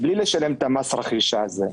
בלי לשלם את מס הרכישה הזה.